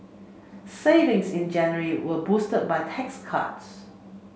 savings in January were boosted by tax cuts